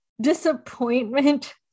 disappointment